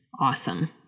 awesome